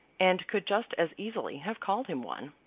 and could just as easily have called him one.